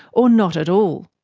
or not at all.